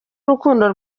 urukundo